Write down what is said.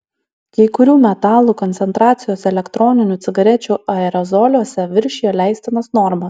kai kurių metalų koncentracijos elektroninių cigarečių aerozoliuose viršijo leistinas normas